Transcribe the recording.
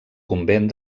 convent